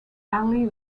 ali